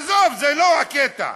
עזוב, זה לא הקטע.